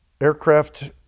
Aircraft